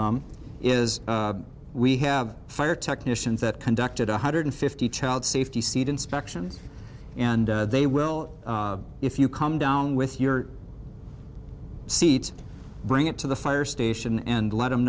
them is we have fire technicians that conducted one hundred fifty child safety seat inspections and they will if you come down with your seat bring it to the fire station and let them